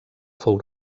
fou